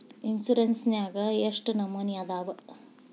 Insurance ನ್ಯಾಗ ಎಷ್ಟ್ ನಮನಿ ಅದಾವು?